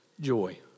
joy